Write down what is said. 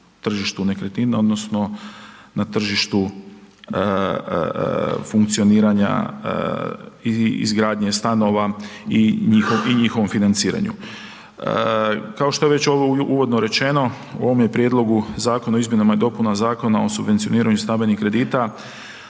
tržištu nekretnina odnosno na tržištu funkcioniranja i izgradnje stanova i njihovom financiranju. Kao što je već uvodno rečeno u ovome Prijedlogu Zakona o izmjenama i dopunama Zakona o subvencioniranju stambenih kredita